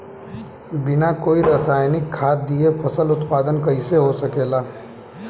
बिना कोई रसायनिक खाद दिए फसल उत्पादन कइसे हो सकेला?